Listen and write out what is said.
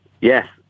yes